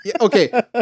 Okay